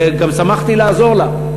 וגם שמחתי לעזור לה,